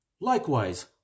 Likewise